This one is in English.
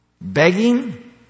Begging